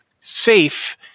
safe